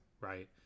right